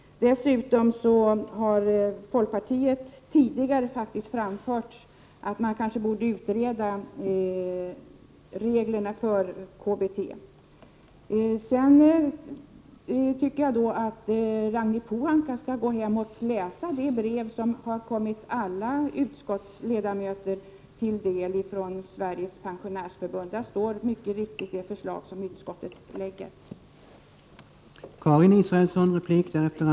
Dessutom har folkpartiet tidigare anfört att man kanske borde utreda reglerna för KBT. Sedan tycker jag att Ragnhild Pohanka skall gå hem och läsa det brev som har kommit till alla utskottsledamöter från Sveriges Pensionärsförbund. Där står mycket riktigt det förslag som utskottet lägger fram.